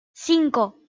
cinco